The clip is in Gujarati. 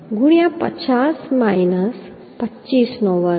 ગુણ્યા 50 માઈનસ 25 નો વર્ગ